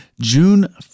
June